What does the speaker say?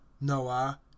noah